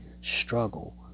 struggle